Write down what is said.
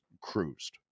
cruised